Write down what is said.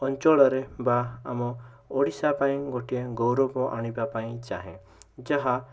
ଅଞ୍ଚଳରେ ବା ଆମ ଓଡ଼ିଶା ପାଇଁ ଗୋଟିଏ ଗୌରବ ଆଣିବା ପାଇଁ ଚାହେଁ ଯାହା